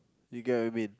you get what I mean